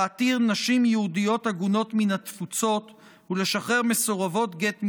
להתיר נשים יהודיות עגונות מן התפוצות ולשחרר מסורבות גט מסבלן,